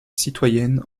citoyenne